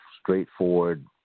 straightforward